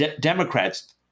Democrats